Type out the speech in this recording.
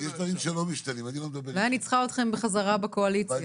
אולי אני צריכה אתכם בחזרה בקואליציה.